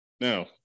Now